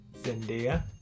zendaya